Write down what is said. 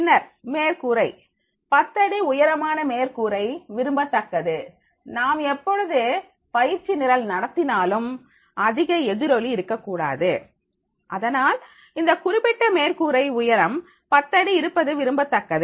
பின்னர் மேற்கூரை பத்தடி உயரமான மேற்கூரை விரும்பத்தக்கது நாம் எப்பொழுது பயிற்சி நிரல் நடத்தினாலும் அதிக எதிரொலி இருக்கக்கூடாது அதனால் இந்த குறிப்பிட்ட மேற்கூரை உயரம் 10 அடி இருப்பது விரும்பத்தக்கது